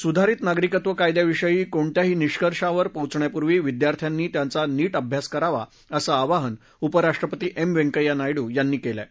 सुधारित नागरिकत्व कायद्याविषयी कोणत्याही निष्कर्षावर पोचण्यापूर्वी विद्यार्थ्यांनी त्याचा नीट अभ्यास करावा असं आवाहन उपराष्ट्रपती एम व्यंकय्या नायडू यांनी केलं आहे